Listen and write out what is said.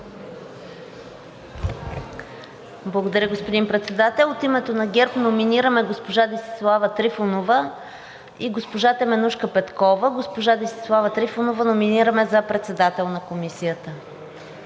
Благодаря, господин Председател. От името на ГЕРБ номинираме госпожа Десислава Трифонова и госпожа Теменужка Петкова. Госпожа Десислава Трифонова номинираме за председател на Комисията.